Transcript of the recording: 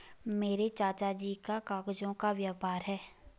मेरे चाचा जी का कागजों का व्यापार है